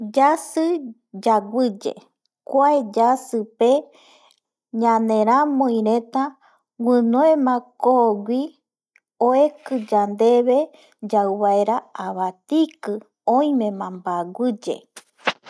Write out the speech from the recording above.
Yasɨ yaguɨye kuae yasɨ pe ñaneramɨi reta guɨnuema koo guɨ oekɨ yandebe yau vaera abatiki oimema mbaguɨye.